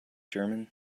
german